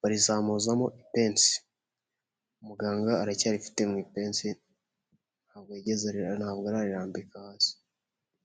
barizamuzamo ipensi, muganga aracyarifite mu ipensi ntabwo ara ntabwo ararimbika hasi.